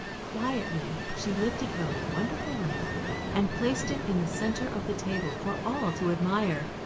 quietly she lifted her wonderful lamp and placed it in the center of the table for all to admire.